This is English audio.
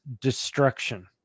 destruction